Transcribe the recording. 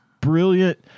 brilliant